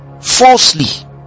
falsely